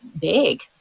big